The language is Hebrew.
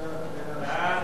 התשע"א 2011, נתקבל.